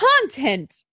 content